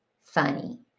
funny